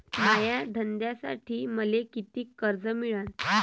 माया धंद्यासाठी मले कितीक कर्ज मिळनं?